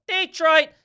Detroit